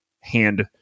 hand